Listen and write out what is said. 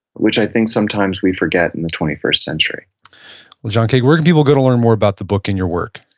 which i think sometimes we forget in the twenty first century well, john kaag, where can people go to learn more about the book and your work?